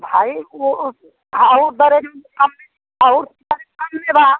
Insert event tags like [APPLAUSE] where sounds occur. भाई वह [UNINTELLIGIBLE] और दरे में कम में और दरे में कम में बा